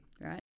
right